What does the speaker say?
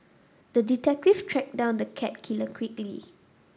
the detective tracked down the cat killer quickly